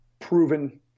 proven